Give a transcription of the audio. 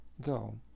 Go